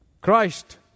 Christ